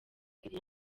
iriya